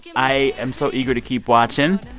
yeah i am so eager to keep watching.